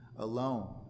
alone